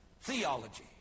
theology